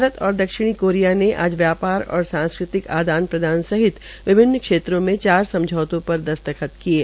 भारत और दक्षिणी कोरिया ने आज व्यापार और सांस्कृतिक आदान प्रदान सहित विभिन्न क्षेत्रों में चार समझौतों पर दसखत किये